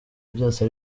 byose